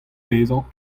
bezañ